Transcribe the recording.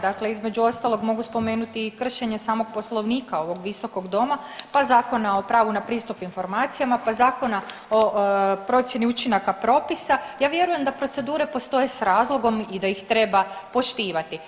Dakle, između ostalog mogu spomenuti i kršenje samog Poslovnika ovog visokog Doma, pa Zakona o pravu na pristup informacijama, pa Zakona o procjeni učinaka propisa, ja vjerujem da procedure postoje s razlogom i da ih treba poštivati.